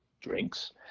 drinks